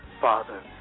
Father